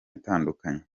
itandukanye